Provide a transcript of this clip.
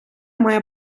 має